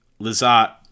Lazat